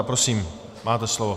Prosím, máte slovo.